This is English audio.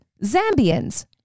Zambians